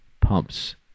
pumps